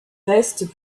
reste